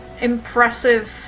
impressive